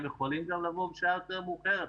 הם יכולים גם לבוא בשעה יותר מאוחרת,